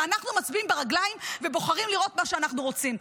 ואנחנו מצביעים ברגליים ובוחרים לראות מה שאנחנו רוצים,